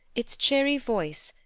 its cheery voice,